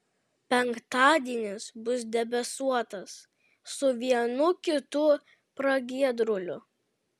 penktadienis bus debesuotas su vienu kitu pragiedruliu